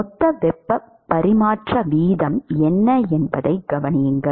மொத்த வெப்ப பரிமாற்ற வீதம் என்ன என்பதைக் கவனியுங்கள்